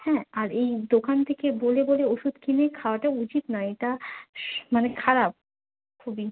হ্যাঁ আর এই দোকান থেকে বলে বলে ওষুধ কিনে খাওয়াটা উচিত নয় এটা মানে খারাপ খুবই